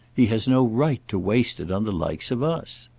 he has no right to waste it on the likes of us.